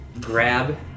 grab